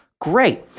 Great